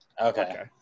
Okay